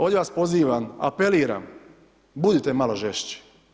Ovdje vas pozivam, apeliram, budite malo žešći.